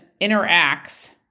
interacts